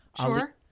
Sure